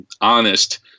honest